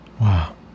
Wow